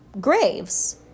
graves